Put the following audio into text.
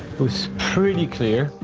was pretty clear.